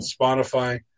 Spotify